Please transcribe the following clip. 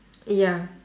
ya